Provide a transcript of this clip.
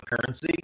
currency